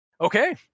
Okay